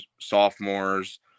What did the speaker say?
sophomores